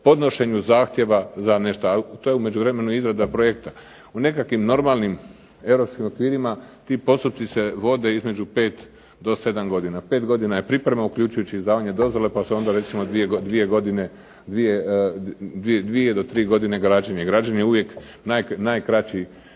podnošenju zahtjeva za nešta, a to je u međuvremenu izrada projekta. U nekakvim normalnim europskim okvirima ti se postupci se vode između 5 do 7 godina. 5 godina je priprema uključujući i izdavanje dozvole, pa se onda recimo dvije godine, dvije do tri godine građenje. Građenje je uvijek najkraći